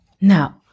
Now